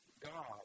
God